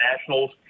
Nationals